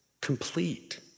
complete